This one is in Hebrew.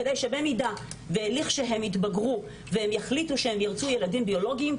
כדי שבמידה ולכשיתבגרו הם יחליטו שהם ירצו ילדים ביולוגיים,